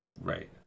Right